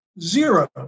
zero